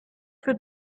für